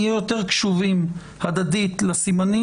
נהיה יותר קשובים הדדית לסימנים,